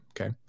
Okay